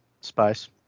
space